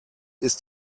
ist